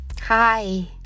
Hi